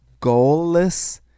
Goalless